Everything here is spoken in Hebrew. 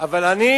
אבל אני